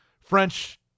French